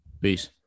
Peace